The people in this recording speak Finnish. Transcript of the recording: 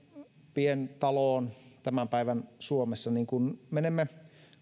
pientaloon tämän päivän suomessa kun menemme